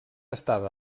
estada